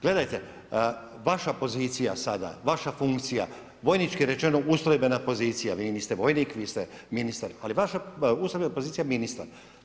Gledajte vaša pozicija sada, vaša funkcija vojnički rečeno ustrojbena pozicija vi niste vojnik, vi ste ministar, ali vaša ustrojbena pozicija je ministar.